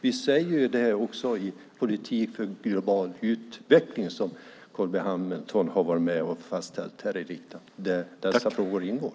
Vi säger detta också i politiken för global utveckling, som Carl B Hamilton har varit med och fastställt här i riksdagen, där dessa frågor ingår.